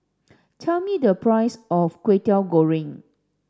tell me the price of Kway Teow Goreng